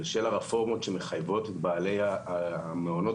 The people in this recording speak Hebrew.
בשל הרפורמות שמחייבות את בעלי המעונות